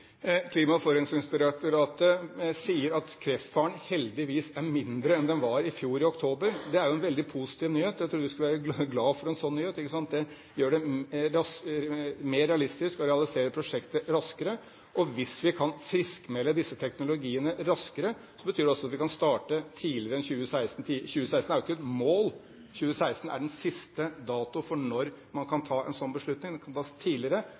Klima- og forurensningsdirektoratet sier at kreftfaren heldigvis er mindre enn det den var i oktober i fjor. Det er jo en veldig positiv nyhet. Jeg tror vi skal være glade for en slik nyhet. Det gjør det mer realistisk å realisere prosjektet raskere. Hvis vi kan friskmelde disse teknologiene raskere, betyr det også at vi kan starte tidligere enn 2016. 2016 er jo ikke et mål, 2016 er den siste datoen for når man kan ta en slik beslutning. Den kan tas tidligere